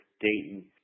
Dayton